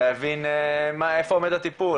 להבין איפה עומד הטיפול,